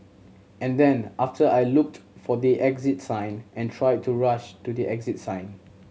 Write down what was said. and then after I looked for the exit sign and tried to rush to the exit sign